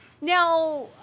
Now